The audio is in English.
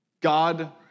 God